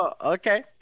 Okay